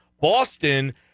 Boston